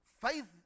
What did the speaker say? Faith